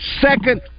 Second